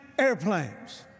Airplanes